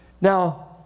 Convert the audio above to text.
Now